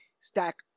stack